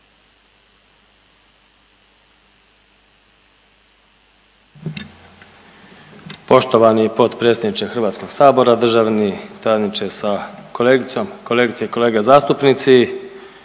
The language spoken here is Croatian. Poštovani potpredsjedniče Hrvatskog sabora, državni tajniče sa kolegicom, kolegice i kolege zastupnici,